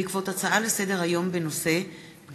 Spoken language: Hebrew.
בעקבות דיון בהצעות לסדר-היום של חברי הכנסת איציק שמולי,